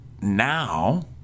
now